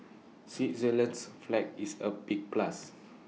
Switzerland's flag is A big plus